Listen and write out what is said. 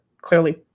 clearly